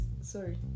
Sorry